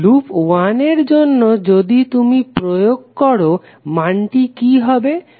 loop 1 এর জন্য যদি তুমি প্রয়োগ করো মানটি কি হবে